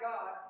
God